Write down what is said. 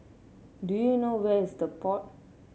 do you know where is The Pod